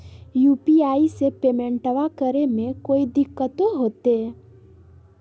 UPI से पेमेंटबा करे मे कोइ दिकतो होते?